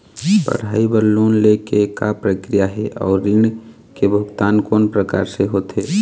पढ़ई बर लोन ले के का प्रक्रिया हे, अउ ऋण के भुगतान कोन प्रकार से होथे?